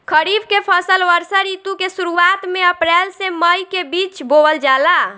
खरीफ के फसल वर्षा ऋतु के शुरुआत में अप्रैल से मई के बीच बोअल जाला